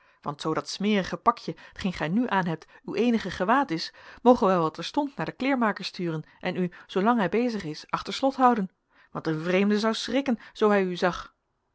want zoo dat smerige pakje t geen gij nu aanhebt uw eenige gewaad is mogen wij wel terstond naar den kleêrmaker sturen en u zoolang hij bezig is achter slot houden want een vreemde zou schrikken zoo hij u zag